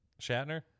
Shatner